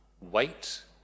Wait